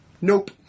nope